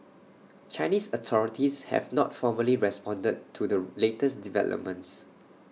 Chinese authorities have not formally responded to the latest developments